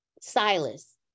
Silas